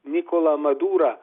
nikolą madurą